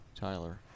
Tyler